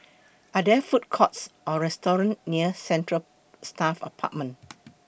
Are There Food Courts Or restaurants near Central Staff Apartment